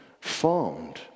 formed